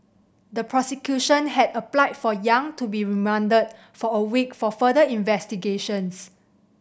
the prosecution had applied for Yang to be remanded for a week for further investigations